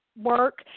work